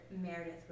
Meredith